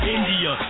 India